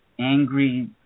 angry